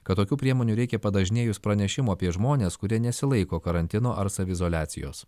kad tokių priemonių reikia padažnėjus pranešimų apie žmones kurie nesilaiko karantino ar saviizoliacijos